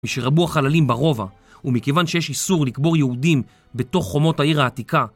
משרבו החללים ברובע, ומכיוון שיש איסור לקבור יהודים בתוך חומות העיר העתיקה